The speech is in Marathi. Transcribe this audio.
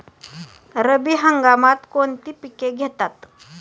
रब्बी हंगामात कोणती पिके घेतात?